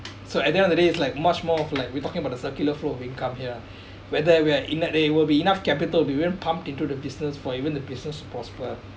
so at end of the day it's like much more of like we're talking about the circular flow of income here whether we are in in that day will be enough capital we're going to pump into the business for even the business prosper